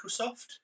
Microsoft